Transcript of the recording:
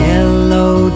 Yellow